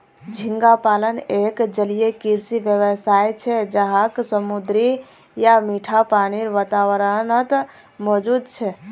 झींगा पालन एक जलीय कृषि व्यवसाय छे जहाक समुद्री या मीठा पानीर वातावरणत मौजूद छे